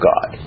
God